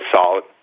solid